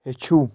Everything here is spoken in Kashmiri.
ہیٚچھو